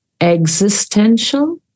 Existential